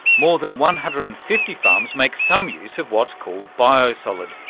more than one hundred and fifty farms make some use of what's called biosolid,